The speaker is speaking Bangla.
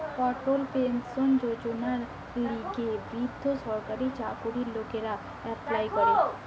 অটল পেনশন যোজনার লিগে বৃদ্ধ সরকারি চাকরির লোকরা এপ্লাই করে